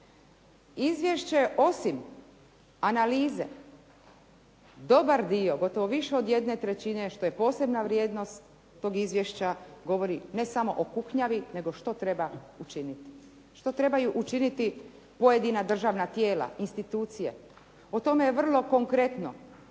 Izvješće osim analize dobar dio, gotovo više od 1/3, što je posebna vrijednost tog izvješća govori ne samo o kuknjavi, nego što treba učiniti. Što trebaju učiniti pojedina državna tijela, institucije. O tome je vrlo konkretno